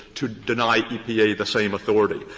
to deny epa the same authority.